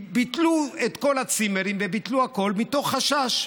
ביטלו את כל הצימרים וביטלו הכול מתוך חשש,